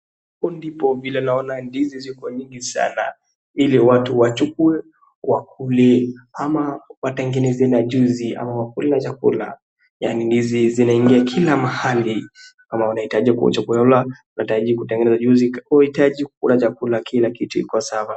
Hapo ndipo vile naona ndizi ziko nyingi sana ili watu wachukue wakule ama watengeneze na juisi ama wakule na chakula, yaani ndizi zinaingia kila mahali, kama wanahitaji kukula, wanahitaji kutengeneza juisi, wanahitaji kukula chakula kila kitu iko sawa.